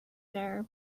there